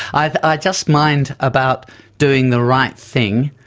i just mind about doing the right thing.